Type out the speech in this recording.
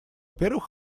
первых